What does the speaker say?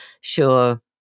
sure